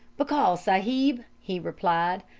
because, sahib he replied,